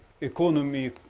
economy